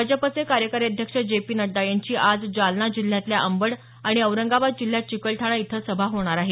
भाजपचे कार्यकारी अध्यक्ष जे पी नड्डा यांची आज जालना जिल्ह्यातल्या अंबड आणि औरंगाबाद जिल्ह्यात चिकलठाणा इथं सभा होणार आहे